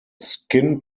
skin